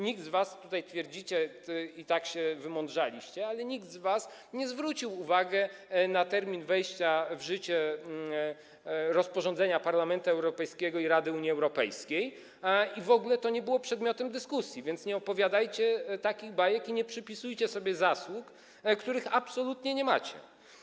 Nikt z was, a tak twierdzicie, tak się wymądrzaliście, nie zwrócił uwagi na termin wejścia w życie rozporządzenia Parlamentu Europejskiego i Rady i w ogóle to nie było przedmiotem dyskusji, więc nie opowiadajcie takich bajek i nie przypisujcie sobie zasług, których absolutnie nie macie.